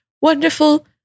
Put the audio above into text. wonderful